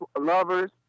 lovers